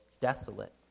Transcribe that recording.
desolate